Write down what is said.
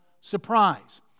surprise